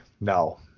No